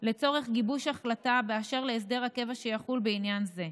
לצורך גיבוש החלטה באשר להסדר הקבע שיחול בעניין זה.